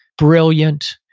brilliant,